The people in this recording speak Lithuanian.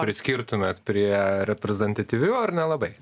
priskirtumėt prie reprezentatyvių ar nelabai